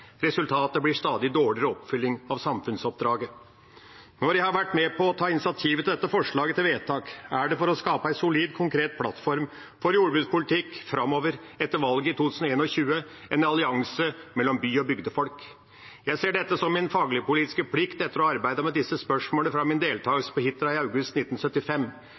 Resultatet blir en stadig dårligere oppfylling av samfunnsoppdraget. Når jeg har vært med på å ta initiativet til dette forslaget til vedtak, er det for å skape en solid, konkret plattform for jordbrukspolitikk framover etter valget i 2021, en allianse mellom by- og bygdefolk. Jeg ser dette som min faglig-politiske plikt etter å ha arbeidet med disse spørsmålene fra min deltakelse på Hitra i august 1975.